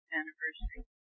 anniversary